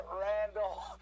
Randall